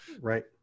Right